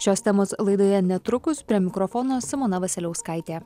šios temos laidoje netrukus prie mikrofono simona vasiliauskaitė